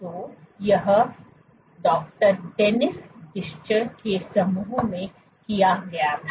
तो यह doctor Dennis डिस्चर के समूह में किया गया था